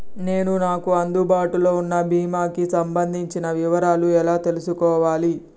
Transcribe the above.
నేను నాకు అందుబాటులో ఉన్న బీమా కి సంబంధించిన వివరాలు ఎలా తెలుసుకోవాలి?